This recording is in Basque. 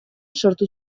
sortu